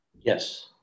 Yes